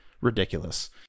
Ridiculous